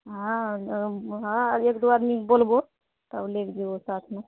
हँ हँ एक दू आदमीकए बोलबो तब लए कए जेबौ साथमे